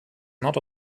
not